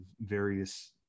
various